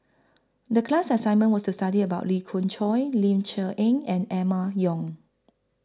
The class assignment was to study about Lee Khoon Choy Ling Cher Eng and Emma Yong